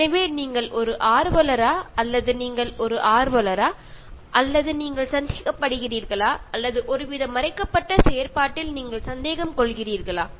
അപ്പോൾ നിങ്ങൾ ഒരു പ്രകൃതി സംരക്ഷണ പ്രവർത്തകനാണോ അല്ലയോ അതല്ലെങ്കിൽ ഇതിന്റെ പ്രചാരകൻ ആണോ അല്ലെങ്കിൽ നിങ്ങൾ എന്തെങ്കിലും മറച്ചു വെച്ചുകൊണ്ട് പ്രവർത്തിക്കുന്ന ആളാണോ എന്നൊക്കെ സമൂഹം വിലയിരുത്തും